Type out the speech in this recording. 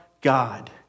God